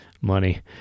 money